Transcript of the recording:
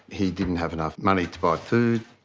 he didn't have enough money to buy food,